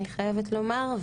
אני חייבת לומר,